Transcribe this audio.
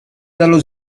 dallo